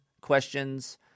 questions